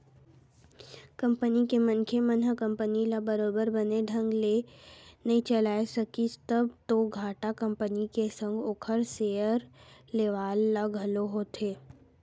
company के मनखे मन ह कंपनी ल बरोबर बने ढंग ले नइ चलाय सकिस तब तो घाटा कंपनी के संग ओखर सेयर लेवाल ल घलो होथे